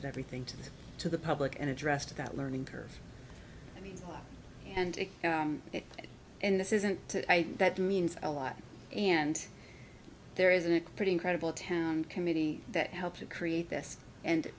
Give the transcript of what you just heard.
d everything to the to the public and addressed that learning curve and it and this isn't that means a lot and there is a pretty incredible town committee that helps to create best and